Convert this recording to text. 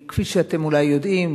כפי שאתם אולי יודעים,